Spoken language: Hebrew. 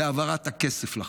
בהעברת הכסף לחמאס.